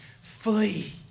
flee